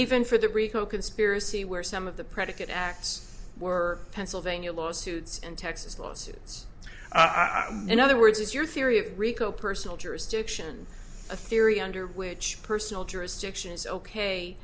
even for the rico conspiracy where some of the predicate acts were pennsylvania lawsuits and texas lawsuits in other words it's your theory of rico personal jurisdiction a theory under which personal jurisdiction is ok